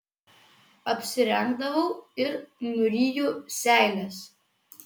apsirengdavau ir nuryju seiles